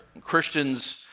Christians